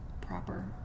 proper